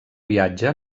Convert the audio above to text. viatge